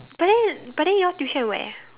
but then but then you all tuition at where